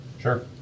Sure